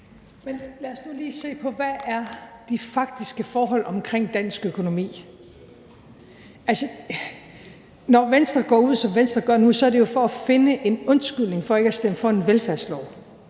lad os nu lige se på, hvad de faktiske forhold er omkring dansk økonomi. Altså, når Venstre går ud, som Venstre gør nu, er det jo for at finde en undskyldning for ikke at stemme for en velfærdslov,